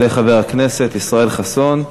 יעלה חבר הכנסת ישראל חסון,